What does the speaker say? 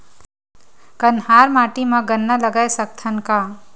कन्हार माटी म गन्ना लगय सकथ न का?